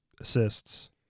assists